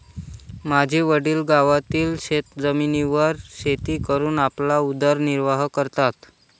माझे वडील गावातील शेतजमिनीवर शेती करून आपला उदरनिर्वाह करतात